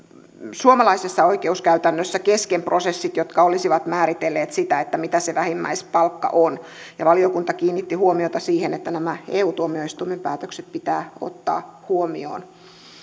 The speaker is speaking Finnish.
suomalaisessa oikeuskäytännössä kesken prosessit jotka olisivat määritelleet sitä mitä se vähimmäispalkka on valiokunta kiinnitti huomiota siihen että nämä eu tuomioistuimen päätökset pitää ottaa huomioon